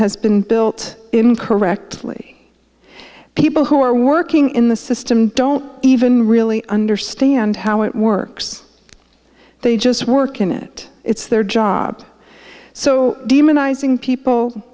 has been built in correctly people who are working in the system don't even really understand how it works they just work in it it's their job so demonizing people